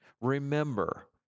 remember